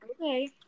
Okay